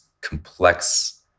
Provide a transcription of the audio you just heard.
complex